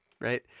right